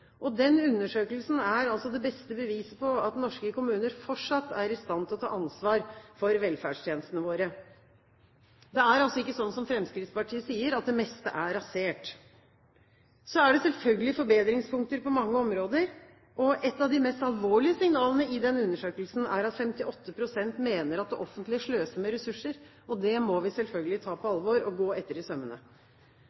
Den undersøkelsen er det beste beviset på at norske kommuner fortsatt er i stand til å ta ansvar for velferdstjenestene våre. Det er ikke slik, som Fremskrittspartiet sier, at det meste er rasert. Men så er det selvfølgelig forbedringspunkter på mange områder, og ett av de mest alvorlige signalene i den undersøkelsen er at 58 pst. mener at det offentlige sløser med ressursene. Det må vi selvfølgelig ta på